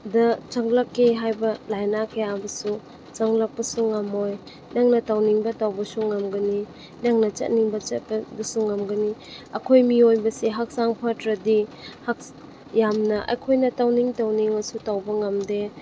ꯗ ꯆꯪꯂꯛꯀꯦ ꯍꯥꯏꯕ ꯂꯥꯏꯅꯥ ꯀꯌꯥ ꯑꯃꯁꯨ ꯆꯪꯂꯛꯄꯁꯨ ꯉꯝꯃꯣꯏ ꯅꯪꯅ ꯇꯧꯅꯤꯡꯕ ꯇꯧꯕꯁꯨ ꯉꯝꯒꯅꯤ ꯅꯪꯅ ꯆꯠꯅꯤꯡꯕ ꯆꯠꯄꯁꯨ ꯉꯝꯒꯅꯤ ꯑꯩꯈꯣꯏ ꯃꯤꯑꯣꯏꯕꯁꯦ ꯍꯛꯆꯥꯡ ꯐꯠꯇ꯭ꯔꯗꯤ ꯌꯥꯝꯅ ꯑꯩꯈꯣꯏꯅ ꯇꯧꯅꯤꯡ ꯇꯧꯅꯤꯡꯉꯁꯨ ꯇꯧꯕ ꯉꯝꯗꯦ